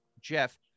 Jeff